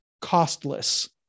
costless